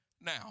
now